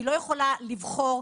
שלא יכולה לבחור,